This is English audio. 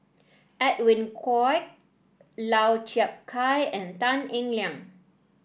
Edwin Koek Lau Chiap Khai and Tan Eng Liang